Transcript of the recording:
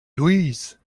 louise